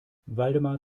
waldemar